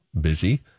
busy